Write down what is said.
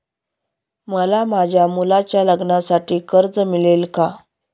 मला माझ्या मुलाच्या लग्नासाठी कर्ज मिळेल का?